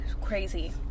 crazy